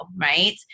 right